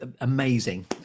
amazing